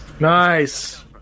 Nice